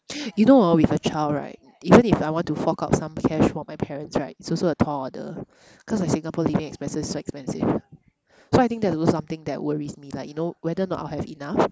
you know hor with a child right even if I want to fork out some cash for my parents right it's also a tall order cause like Singapore living expenses is so expensive so I think that's also something that worries me like you know whether not I'll have enough